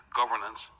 governance